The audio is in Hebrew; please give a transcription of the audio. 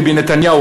ביבי נתניהו,